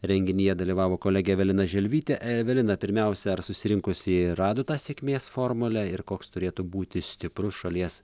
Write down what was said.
renginyje dalyvavo kolegė evelina želvytė evelina pirmiausia ar susirinkusieji rado tą sėkmės formulę ir koks turėtų būti stiprus šalies